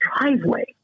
driveway